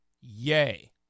yay